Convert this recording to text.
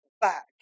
back